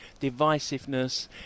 divisiveness